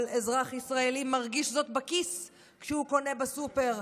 כל אזרח ישראלי מרגיש זאת בכיס כשהוא קונה בסופר,